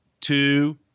two